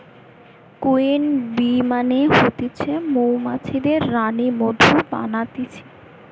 queen bee মানে হতিছে মৌমাছিদের রানী মধু বানাতিছে